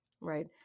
Right